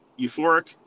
euphoric